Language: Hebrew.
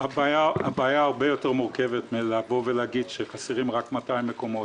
הבעיה הרבה יותר מורכבת מלבוא ולהגיד שחסרים רק 200 מקומות.